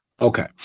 Okay